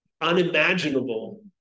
unimaginable